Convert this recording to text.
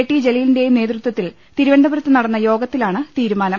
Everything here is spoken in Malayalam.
ടി ജലീലിന്റെയും നേതൃത്വത്തിൽ തിരുവനന്തപുരത്ത് നടന്ന യോഗത്തിലാണ് തീരുമാനം